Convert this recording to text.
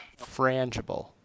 Frangible